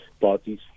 parties